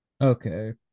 Okay